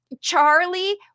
Charlie